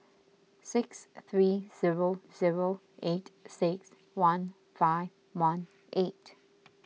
six three zero zero eight six one five one eight